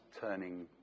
turning